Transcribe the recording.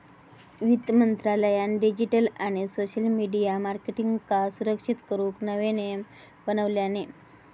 वित्त मंत्रालयान डिजीटल आणि सोशल मिडीया मार्केटींगका सुरक्षित करूक नवे नियम बनवल्यानी